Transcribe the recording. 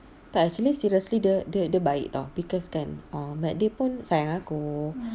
tak actually seriously dia dia baik [tau] because kan um but dia pun sayang aku